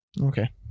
Okay